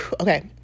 Okay